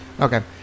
Okay